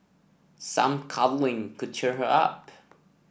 some cuddling could cheer her up